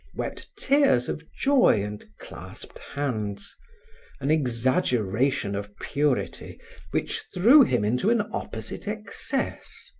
wept tears of joy and clasped hands an exaggeration of purity which threw him into an opposite excess.